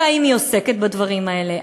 והאם היא עוסקת בדברים האלה?